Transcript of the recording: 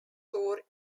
tour